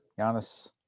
Giannis